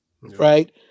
right